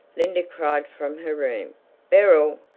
linda cried from her room beryl!